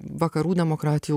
vakarų demokratijų